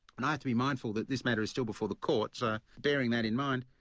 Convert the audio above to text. and i to be mindful that this matter is still before the court, so bearing that in mind.